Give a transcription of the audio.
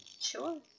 Sure